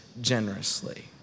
generously